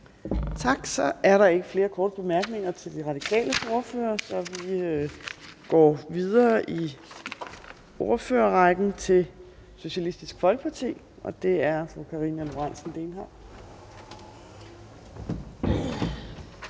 Tak. Så er der ikke flere korte bemærkninger til De Radikales ordfører. Så vi går videre i ordførerrækken til Socialistisk Folkeparti, og det er fru Karina Lorentzen Dehnhardt.